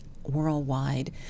worldwide